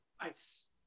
ice